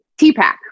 TPAC